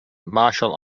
martial